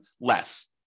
less